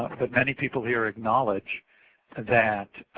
but many people here acknowledge that